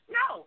no